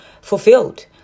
fulfilled